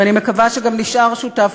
ואני מקווה שגם נשאר שותף,